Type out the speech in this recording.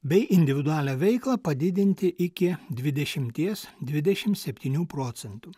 bei individualią veiklą padidinti iki dvidešimties dvidešimt septynių procentų